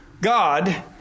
God